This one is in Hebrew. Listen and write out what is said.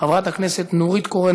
חברת הכנסת נורית קורן,